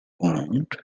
wound